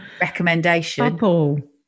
recommendation